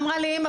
אמרה לי: אימא,